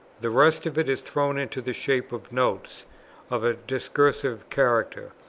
the rest of it is thrown into the shape of notes of a discursive character,